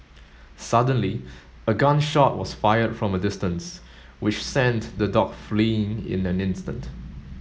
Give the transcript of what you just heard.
suddenly a gun shot was fired from a distance which sent the dog fleeing in an instant